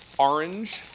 orange.